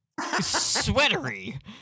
sweatery